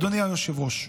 אדוני היושב-ראש,